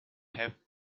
have